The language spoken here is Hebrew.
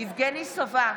יבגני סובה,